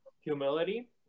humility